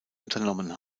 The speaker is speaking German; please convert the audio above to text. unternommen